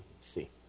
see